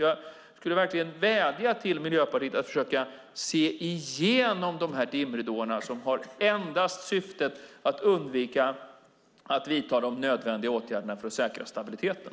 Jag skulle verkligen vilja vädja till Miljöpartiet att försöka se igenom de här dimridåerna, som endast har syftet att undvika att vidta de nödvändiga åtgärderna för att säkra stabiliteten.